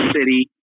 city